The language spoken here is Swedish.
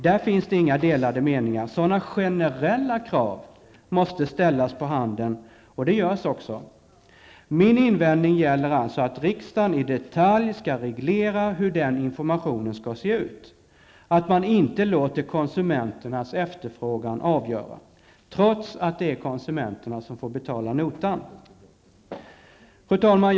Där finns det inga delade meningar. Sådana generella krav måste ställas på handeln, och det görs också. Min invändning gäller att riksdagen i detalj skall reglera hur den informationen skall se ut. Man låter inte konsumenternas efterfrågan avgöra, trots att det är konsumenterna som får betala notan. Fru talman!